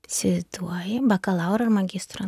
cituoju bakalauro ir magistro